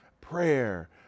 prayer